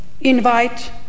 invite